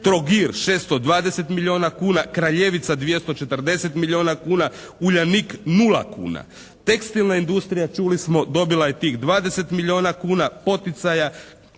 «Trogir» 620 milijuna kuna, «Kraljevica» 240 milijuna kuna, «Uljanik» nula kuna. Tekstilna industrija čuli smo dobila je tih 20 milijuna kuna poticaja,